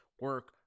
Work